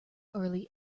early